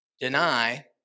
deny